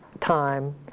time